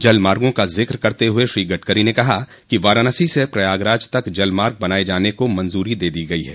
जल मार्गो का जिक्र करते हुए श्री गडकरी ने कहा कि वाराणसी से प्रयागराज तक जल मार्ग बनाये जाने को मंजूरी दे दी गयी है